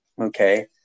Okay